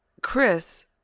Chris